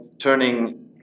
turning